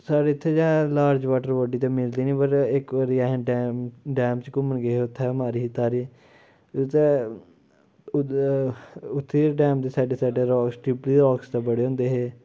साढ़े इत्थें large water body ते मिलदी निं पर इक बारीं असीं डैम डैम च घूमन गे हे उत्थें मारी ही तारी उत्थें उत्थें डैम दे सैडें सैडें राक स्टिप राकेस ते बड़े होंदे हे